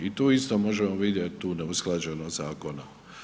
I tu isto možemo vidjet tu neusklađenost zakona.